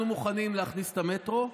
אנחנו מוכנים להכניס את המטרו,